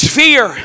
fear